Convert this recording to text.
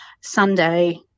Sunday